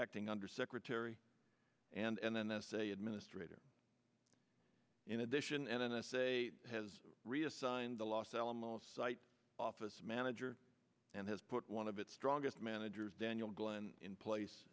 acting undersecretary and then that's a administrator in addition n s a has reassigned the los alamos site office manager and has put one of its strongest managers daniel glen in place